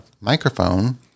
microphone